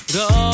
go